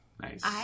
Nice